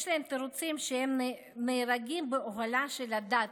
יש להם תירוצים שהם נהרגים באוהלה של הדת,